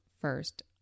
first